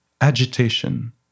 agitation